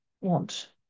want